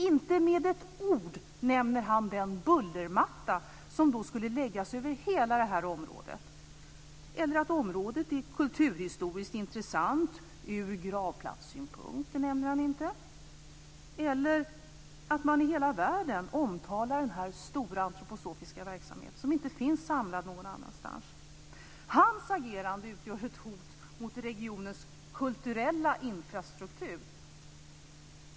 Inte med ett ord nämner han den bullermatta som då skulle läggas över hela det här området. Han nämner heller inte att området är kulturhistoriskt intressant ur gravplatssynpunkt eller att man i hela världen omtalar denna stora antroposofiska verksamhet som inte finns samlad någon annanstans. Hans agerande utgör ett hot mot regionens kulturella infrastruktur.